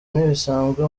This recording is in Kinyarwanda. ntibisanzwe